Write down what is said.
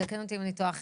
ותקן אותי אם אני טועה,